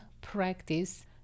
practice